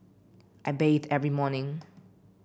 I bathe every morning